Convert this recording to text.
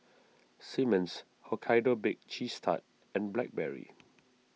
Simmons Hokkaido Baked Cheese Tart and Blackberry